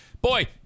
Boy